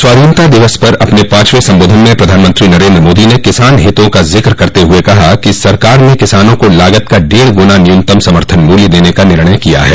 स्वाधीनता दिवस पर अपने पांचवें संबोधन में प्रधानमंत्री नरेंद्र मोदी ने किसान हितों जिक्र करते हुए कहा कि सरकार ने किसानों को लागत का डेढ़ गुना न्यूनतम समर्थन मूल्य देने का निर्णय किया है